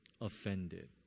offended